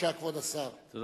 כבוד השר, בבקשה.